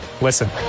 Listen